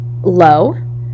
low